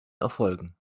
erfolgen